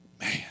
Man